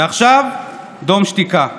ועכשיו: דום שתיקה,